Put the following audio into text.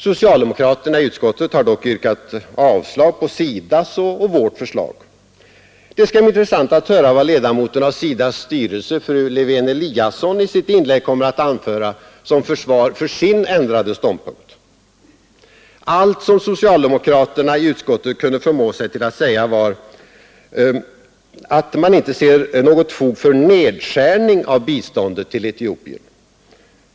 Socialdemokraterna i utskottet har dock yrkat avslag på SIDA:s och vårt förslag. Det skall bli intressant att höra vad ledamoten av SIDA :s styrelse, fru Lewén-Eliasson, i sitt inlägg kommer att anföra som försvar för sin ändrade ståndpunkt. Allt som socialdemokraterna i utskottet kunde förmå sig till att säga var att man inte ser något fog för nedskärning av biståndet till Etiopien.